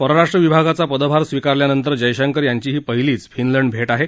परराष्ट्र विभागाचा पदभार स्वीकारल्यानंतर जयशंकर यांची ही पहिलीच फिनलंड भेट आहे